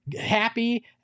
happy